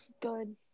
Good